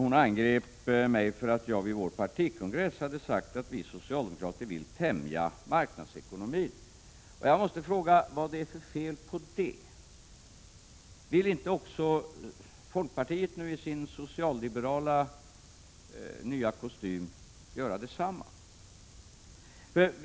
Hon angrep mig för att jag vid vår partikongress hade sagt att vi socialdemokrater vill tämja marknadsekonomin. Jag måste fråga: Vad är det för fel på det? Vill inte också folkpartiet i sin nya socialliberala kostym göra detsamma?